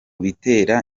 bitera